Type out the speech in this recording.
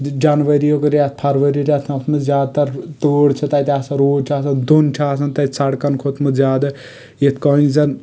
جنؤریُک رٮ۪تھ فرؤریُک رٮ۪تھ اَتھ منٛز زیادٕ تر تۭر چھ تَتہِ آسان روٗد چھ تَتہِ آسان دُھند چھ آسان تَتہِ سڑکن کھوٚتمُت زیٛادٕ یہِ کٔنٛۍ